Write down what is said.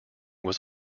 was